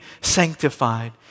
sanctified